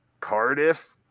Cardiff